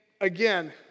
again